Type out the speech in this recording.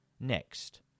next